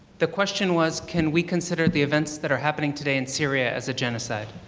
the question was can we consider the events that are happening today in syria as a genocide.